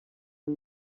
oer